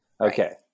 Okay